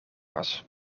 was